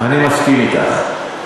אני מסכים אתך.